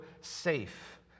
safe